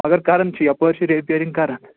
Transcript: مگر کَران چھِ یَپٲرۍ چھِ ریپیرِنٛگ کَران